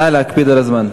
נא להקפיד על הזמן.